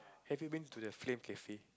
have you been to the Flame Cafe